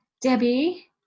Debbie